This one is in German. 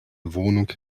wohnung